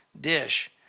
Dish